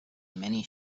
many